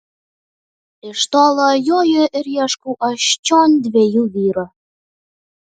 iš tolo joju ir ieškau aš čion dviejų vyrų